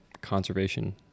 conservation